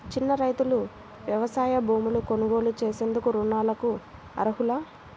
చిన్న రైతులు వ్యవసాయ భూములు కొనుగోలు చేసేందుకు రుణాలకు అర్హులా?